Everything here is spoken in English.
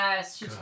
Yes